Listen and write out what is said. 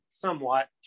Somewhat